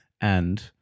and-